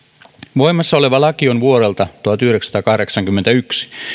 voimassa oleva laki on vuodelta tuhatyhdeksänsataakahdeksankymmentäyksi